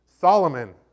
Solomon